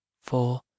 four